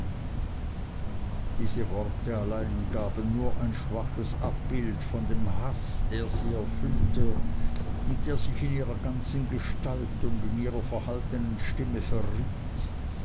die worte allein gaben nur ein schwaches abbild von dem haß der sie erfüllte und der sich in ihrer ganzen gestalt und in ihrer verhaltenen stimme verriet